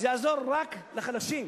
זה יעזור רק לחלשים,